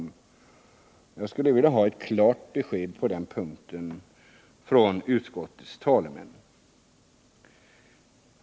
Jag skulle vilja ha ett klart besked på den punkten från utskottets talesmän.